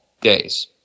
days